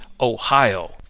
Ohio